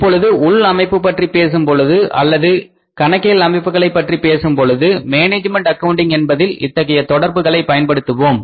இப்பொழுது உள் அமைப்பை பற்றி பேசும் பொழுது அல்லது கணக்கியல் அமைப்பைப் பற்றி பேசும்பொழுது மேனேஜ்மென்ட் அக்கவுண்டிங் என்பதில் இத்தகைய தொடர்புகளை பயன்படுத்துவோம்